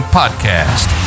podcast